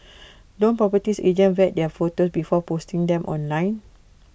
don't properties agent vet their photo before posting them online